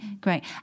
Great